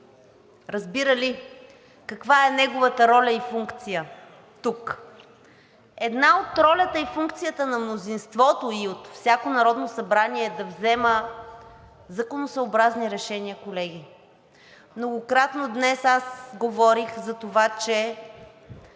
разбира ли?! – каква е неговата роля и функция тук? Една от ролите и функциите на мнозинството и на всяко Народно събрание е да взема законосъобразни решения, колеги. Многократно днес аз говорих за това, че